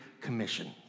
Commission